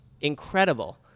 incredible